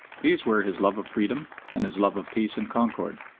these were his love of freedom and his love of peace and concord.